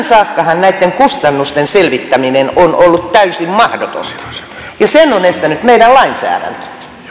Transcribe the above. saakka näitten kustannusten selvittäminen on ollut täysin mahdotonta ja sen on estänyt meidän lainsäädäntömme